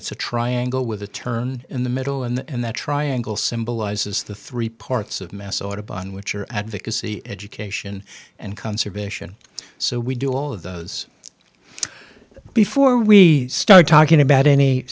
it's a triangle with a turn in the middle and that triangle symbolizes the three parts of mass autobahn which are advocacy education and conservation so we do all of those before we start talking about any